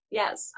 yes